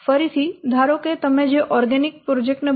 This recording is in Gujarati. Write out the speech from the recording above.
ફરીથી ધારો કે તમે જે ઓર્ગેનિક પ્રોજેક્ટને બનાવવા માંગો છો તે 7